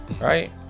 right